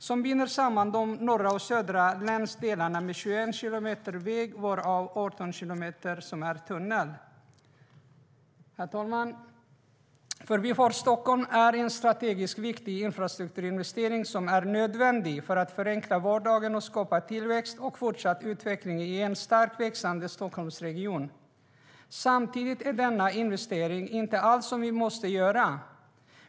Den binder samman de norra och de södra länsdelarna med 21 kilometer väg, varav 18 kilometer är tunnel. Herr talman! Förbifart Stockholm är en strategiskt viktig infrastrukturinvestering som är nödvändig för att förenkla vardagen och skapa tillväxt och fortsatt utveckling i en stark, växande Stockholmsregion. Samtidigt är denna investering inte det enda vi måste göra.